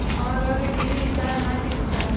हमार घर के टी.वी रीचार्ज ऑनलाइन कैसे करेम?